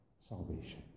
Salvation